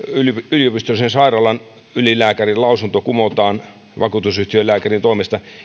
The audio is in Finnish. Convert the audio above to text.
yliopistollisen sairaalan ylilääkärin lausuntoa kumota vakuutusyhtiölääkärin toimesta